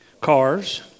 cars